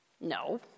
No